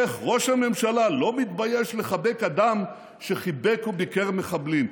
איך ראש הממשלה לא מתבייש לחבק אדם שחיבק וביקר מחבלים?